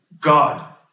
God